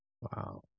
Wow